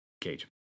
cage